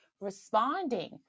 responding